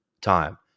time